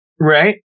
Right